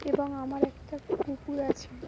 এবং আমার একটা কুকুর আছে